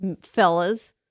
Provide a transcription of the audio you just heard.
fellas